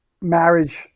marriage